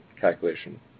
calculation